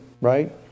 right